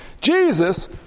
Jesus